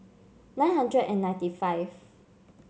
nine hundred and ninety five